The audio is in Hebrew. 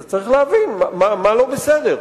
אז צריך להבין מה לא בסדר,